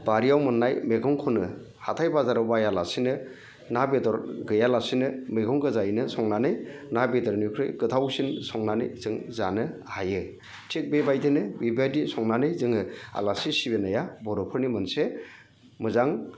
बारियाव मोननाय मैगंखौनो हाथाय बाजाराव बायालासिनो ना बेदर गैयालासिनो मेगं गोजायैनो संनानै ना बेदरनिख्रुइ गोथावसिन संनानै जों जानो हायो थिग बेबायदिनो बिबायदि संनानै जोङो आलासि सिबिनाया बर'फोरनि मोनसे मोजां